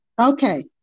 Okay